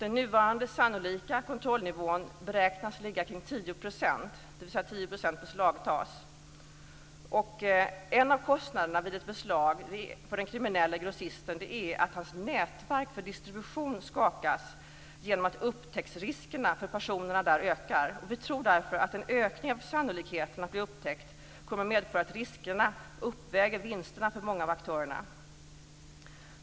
Den nuvarande sannolika kontrollnivån beräknas ligga kring 10 %, dvs. 10 % beslagtas.